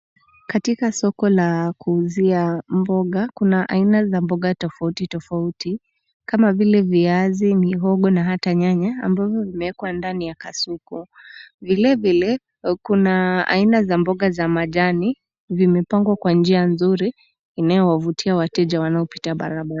Katika soko la kuuzia mboga, kuna aina za mboga tofauti, tofauti. Kama vile viazi, mihogo na hata nyanya ambavyo vimewekwa ndani ya kasuku . Vilevile kuna aina za mboga za majani vimepangwa kwa njia nzuri inayowavutia wateja wanaopita barabara.